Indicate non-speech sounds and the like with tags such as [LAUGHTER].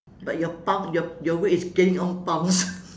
but your pound your your weight is gaining on pounds [LAUGHS]